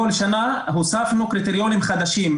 כל שנה הוספנו קריטריונים חדשים,